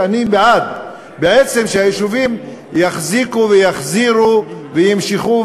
שאני בעד שהיישובים יחזיקו ויחזירו וימשכו.